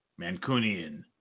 Mancunian